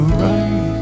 right